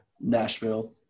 Nashville